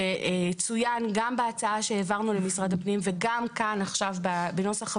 שצוין גם בהצעה שהעברנו למשרד הפנים וגם כאן בנוסח הוועדה,